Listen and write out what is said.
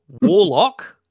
warlock